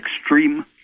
extreme